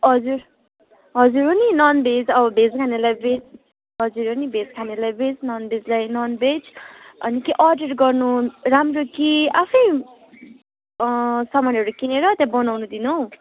हजुर हजुर हो नि ननभेज अब भेज खानेलाई भेज हजुर हो नि भेज खानेलाई भेज ननभेजलाई ननभेज अनि के अर्डर गर्नु राम्रो कि आफै सामानहरू किनेर त्यहाँ बनाउन दिनु हो